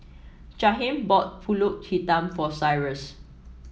Jaheim bought pulut hitam for Cyrus